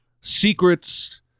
secrets